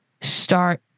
start